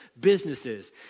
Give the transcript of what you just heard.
businesses